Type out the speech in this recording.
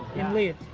in lead.